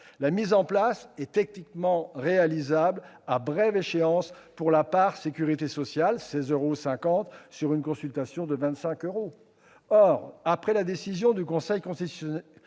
La mise en place est techniquement réalisable à brève échéance pour la part sécurité sociale- 16,50 euros sur une consultation de 25 euros. Or, après la décision du Conseil constitutionnel,